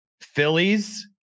Phillies